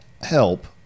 help